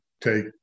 take